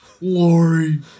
Lori